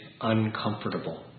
uncomfortable